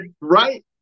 Right